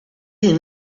est